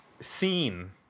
scene